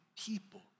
people